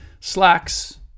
slacks